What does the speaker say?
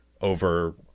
over